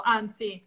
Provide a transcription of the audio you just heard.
anzi